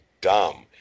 Dumb